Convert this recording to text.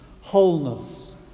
wholeness